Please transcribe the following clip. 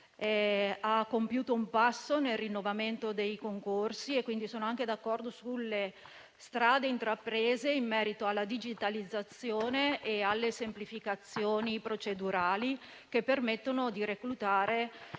compiuto un passo nel rinnovamento dei concorsi. Quindi, sono anche d'accordo sulle strade intraprese in merito alla digitalizzazione e alle semplificazioni procedurali, che permettono di reclutare